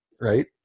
Right